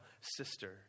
sister